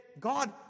God